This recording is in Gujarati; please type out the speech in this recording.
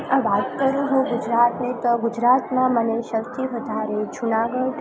આ વાત કરું હું ગુજરાતની તો ગુજરાતમાં મને સૌથી વધારે જૂનાગઢ